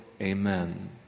Amen